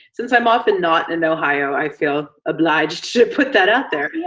since i'm often not in ohio, i feel obliged to put that out there. yeah